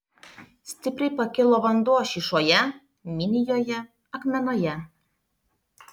stipriai pakilo vanduo šyšoje minijoje akmenoje